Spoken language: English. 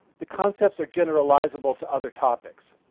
the concepts are generalizable to other topics.